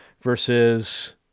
versus